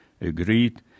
agreed